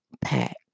pack